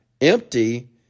empty